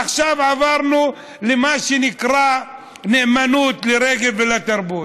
עכשיו עברנו למה שנקרא נאמנות לרגב ולתרבות.